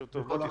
יוסי,